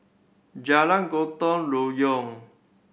Jalan Gotong Royong